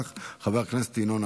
חבר הכנסת חמד עמאר,